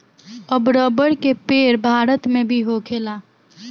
अब रबर के पेड़ भारत मे भी होखेला